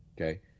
Okay